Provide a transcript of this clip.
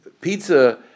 pizza